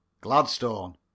gladstone